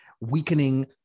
weakening